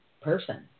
person